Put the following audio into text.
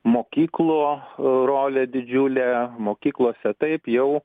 mokyklų rolė didžiulė mokyklose taip jau